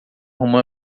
uma